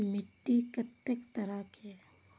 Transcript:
मिट्टी कतेक तरह के?